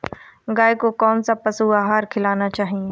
गाय को कौन सा पशु आहार खिलाना चाहिए?